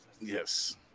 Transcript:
yes